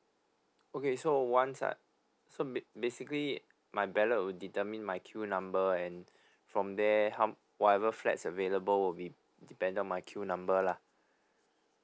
okay so once I so ba~ basically my ballot will determine my queue number and from there how whatever flats available will be dependent on my queue number lah